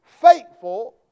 faithful